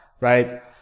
Right